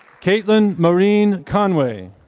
caitlin maureen conway.